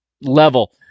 level